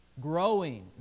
growing